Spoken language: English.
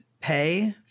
pay